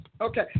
Okay